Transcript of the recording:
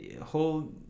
whole